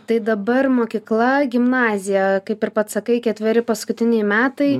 tai dabar mokykla gimnazija kaip ir pats sakai ketveri paskutiniai metai